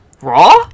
Raw